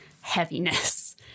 heaviness